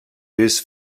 use